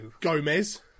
Gomez